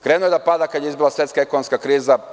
Krenuo je da pada kada je izbila svetska ekonomska kriza.